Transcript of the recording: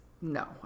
No